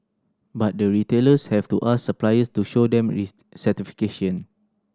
but the retailers have to ask suppliers to show them certification